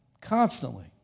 Constantly